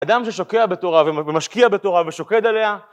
אדם ששוקע בתורה ומשקיע בתורה ושוקד עליה